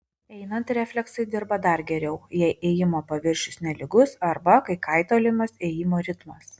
einant refleksai dirba dar geriau jei ėjimo paviršius nelygus arba kai kaitaliojamas ėjimo ritmas